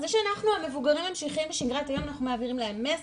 זה שאנחנו המבוגרים ממשיכים בשגרת היום אנחנו מעבירים להם מסר,